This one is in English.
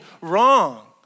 wrong